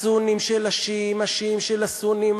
הסונים של השיעים, השיעים של הסונים.